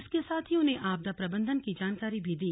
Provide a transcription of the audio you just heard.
इसके सांथ ही उन्हें आपदा प्रबंधन की जानकारी भी दी